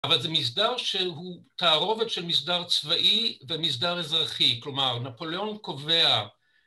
אבל זה מסדר שהוא תערובת של מסדר צבאי ומסדר אזרחי, כלומר נפוליאון קובע